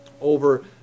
over